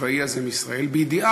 הצבאי הזה עם ישראל בידיעה